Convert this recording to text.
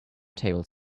table